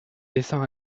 descend